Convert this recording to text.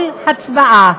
כל הצבעה